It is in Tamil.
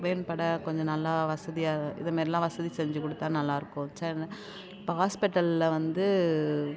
மேம்பட கொஞ்சம் நல்லா வசதியாக இது மாதிரிலாம் வசதி செஞ்சு கொடுத்தா நல்லாயிருக்கும் இப்போ ஹாஸ்பிடலில் வந்து